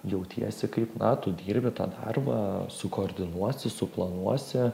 jautiesi kaip na tu dirbi tą darbą sukoordinuosi suplanuosi